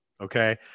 Okay